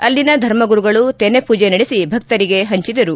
ಅಲ್ಲಿ ಧರ್ಮಗುರುಗಳು ತೆನೆ ಪೂಜೆ ನಡೆಸಿ ಭಕ್ತರಿಗೆ ಹಂಚದರು